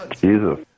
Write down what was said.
Jesus